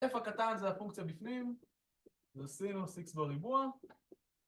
F הקטן זה הפונקציה בפנים, זה סינוס X בריבוע